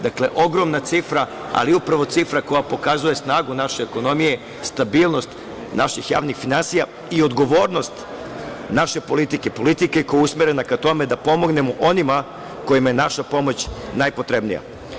Dakle, ogromna cifra, ali upravo cifra koja pokazuje snagu naše ekonomije, stabilnost naših javnih finansija i odgovornost naše politike, politike koja je usmerena ka tome da pomognemo onima kojima je naša pomoć najpotrebnija.